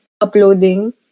uploading